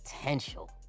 potential